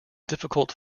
difficult